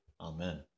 Amen